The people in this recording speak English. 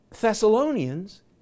Thessalonians